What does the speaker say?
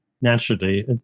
naturally